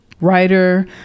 writer